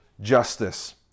justice